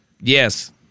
Yes